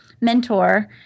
mentor